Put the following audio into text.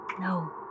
No